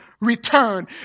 return